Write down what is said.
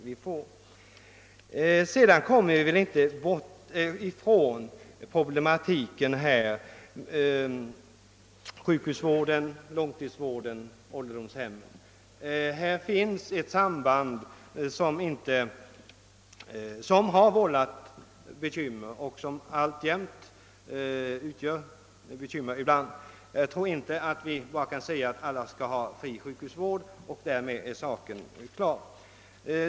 Vi kommer väl inte heller ifrån problematiken = sjukhusvård—långtidsvård —åldringsvård. Här finns ett samband som har vållat bekymmer och alltjämt ibland gör det. Jag tror inte att vi bara kan säga att alla skall ha fri sjukhusvård och därmed är saken klar.